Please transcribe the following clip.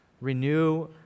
renew